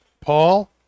paul